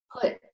put